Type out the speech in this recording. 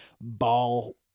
ball